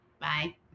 bye